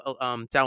down